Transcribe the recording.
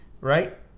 Right